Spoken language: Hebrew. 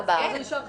נשאר חמש.